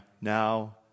now